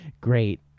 Great